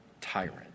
tyrant